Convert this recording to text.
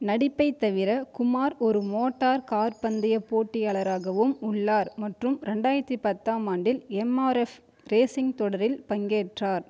நடிப்பைத் தவிர குமார் ஒரு motor car பந்தயப் போட்டியாளராகவும் உள்ளார் மற்றும் இரண்டாயிரத்தி பத்தாம் ஆண்டில் எம்ஆர்எஃப் ரேசிங் தொடரில் பங்கேற்றார்